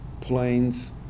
planes